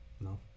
No